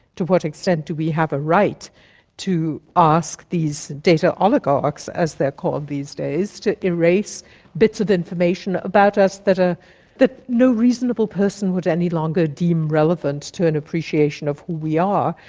to what extent do we have a right to ask these data oligarchs, as they are called these days, to erase bits of information about us that ah that no reasonable person would any longer deem relevant to an appreciation of who we are,